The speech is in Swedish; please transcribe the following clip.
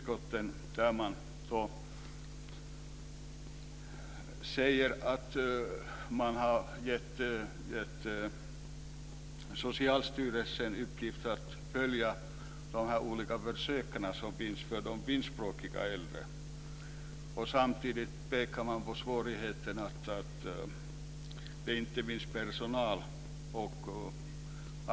Man framhåller att Socialstyrelsen har fått i uppdrag att följa de försök som bedrivs för äldre finskspråkiga personer. Samtidigt pekar man bl.a. på brist på personal.